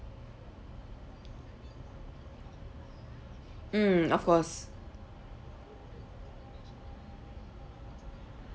mm of course